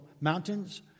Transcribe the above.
Mountains